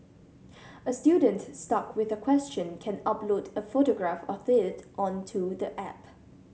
a student stuck with a question can upload a photograph of it onto the app